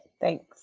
Thanks